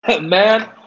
Man